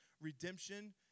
Redemption